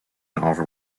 offer